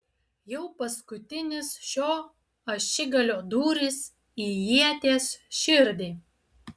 jau paskutinis šio ašigalio dūris į ieties širdį